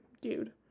dude